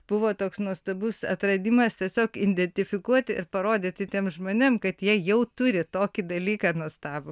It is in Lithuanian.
buvo toks nuostabus atradimas tiesiog identifikuoti ir parodyti tiem žmonėm kad jie jau turi tokį dalyką nuostabų